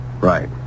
Right